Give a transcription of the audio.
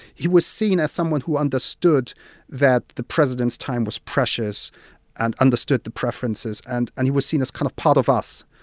he was seen as someone who understood that the president's time was precious and understood the preferences and and he was seen as kind of part of us.